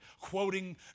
quoting